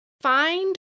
find